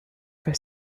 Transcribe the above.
for